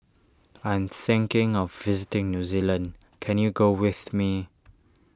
I am thinking of visiting New Zealand can you go with me